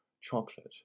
chocolate